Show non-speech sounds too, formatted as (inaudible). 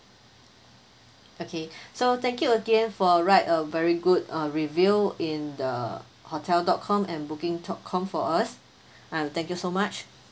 okay (breath) so thank you again for write a very good uh review in the hotel dot com and booking dot com for us I'll thank you so much